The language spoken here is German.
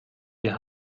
wir